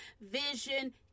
vision